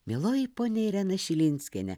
mieloji ponia irena šilinskiene